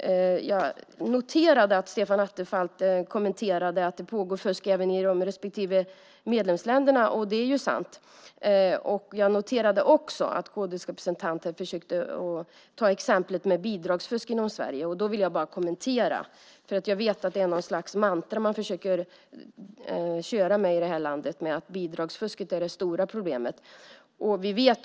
Jag noterade att Stefan Attefall kommenterade att det pågår fusk även i de olika medlemsländerna. Det är ju sant. Jag noterade också att kd:s representant försökte ta exemplet med bidragsfusk i Sverige. Jag vet att detta är något slags mantra som man försöker köra med, att bidragsfusket är det stora problemet i det här landet.